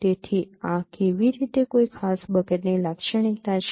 તેથી આ કેવી રીતે કોઈ ખાસ બકેટની લાક્ષણિકતા છે